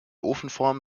ofenform